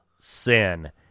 sin